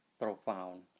profound